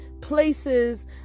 places